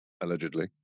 allegedly